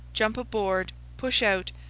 jump aboard, push out,